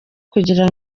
kugira